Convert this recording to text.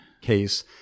case